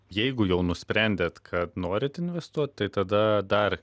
jeigu jau nusprendėt kad norit investuot tai tada dar